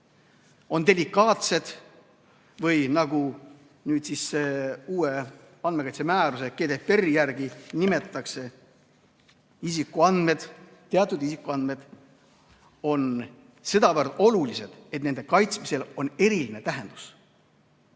on delikaatsed või nagu nüüd uue andmekaitse määruse GDPR-i järgi öeldakse, teatud isikuandmed on sedavõrd olulised, et nende kaitsmisel on eriline tähtsus.